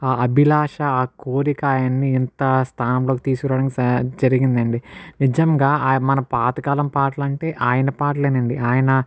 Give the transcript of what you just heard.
ఆ అభిలాష ఆ కోరిక ఆయన్ని ఇంత స్థానంలోకి తీసుకురావడానికి సహా జరిగిందండి నిజంగా ఆ మనం పాతకాలం పాట లంటే ఆయన పాట లేనండి ఆయన